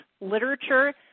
literature